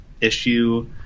issue